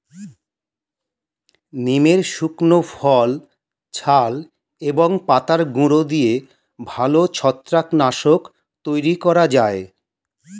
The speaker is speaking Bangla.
নিমের শুকনো ফল, ছাল এবং পাতার গুঁড়ো দিয়ে ভালো ছত্রাক নাশক তৈরি করা যায়